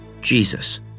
Jesus